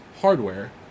hardware